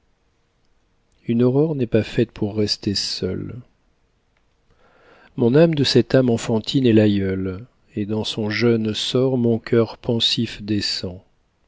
une aurore n'est pas faite pour rester seule mon âme de cette âme enfantine est l'aïeule et dans son jeune sort mon cœur pensif descend